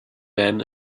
men